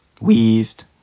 weaved